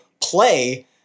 play